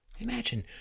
Imagine